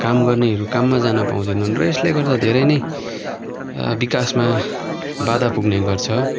काम गर्नेहरू काममा जान पाउँदैनन् र यसले गर्दा धेरै नै विकासमा बाधा पुग्ने गर्छ